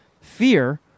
fear